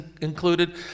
included